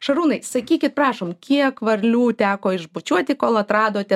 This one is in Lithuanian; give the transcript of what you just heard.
šarūnai sakykit prašom kiek varlių teko išbučiuoti kol atradote